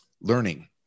learning